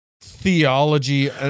theology